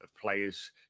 players